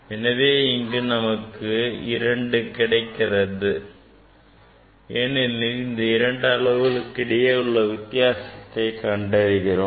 எனவே இங்கு நமக்கு 2 கிடைக்கிறது ஏனெனில் நாம் இரண்டு அளவுகளுக்கு இடையே உள்ள வித்தியாசத்தை கண்டறிகிறோம்